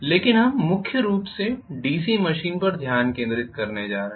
लेकिन अब हम मुख्य रूप से डीसी मशीन पर ध्यान केंद्रित करने जा रहे हैं